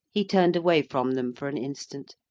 he turned away from them for an instant,